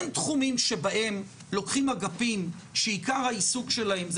אין תחומים שבהם לוקחים אגפים שעיקר העיסוק שלהם זה